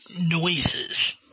noises